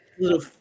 Little